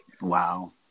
wow